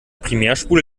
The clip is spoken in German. primärspule